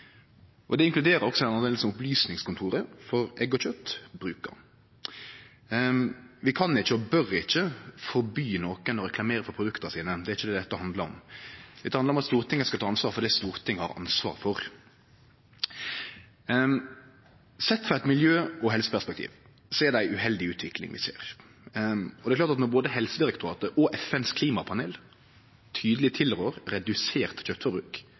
det inkluderer den delen som Opplysningskontoret for egg og kjøtt brukar. Vi kan ikkje og bør ikkje forby nokon å reklamere for produkta sine – det er ikkje det dette handlar om. Dette handlar om at Stortinget skal ta ansvaret for det som Stortinget har ansvaret for. Sett frå eit miljø- og helseperspektiv er det ei uheldig utvikling vi ser. Og det er klart at når både Helsedirektoratet og FNs klimapanel tydeleg tilrår eit redusert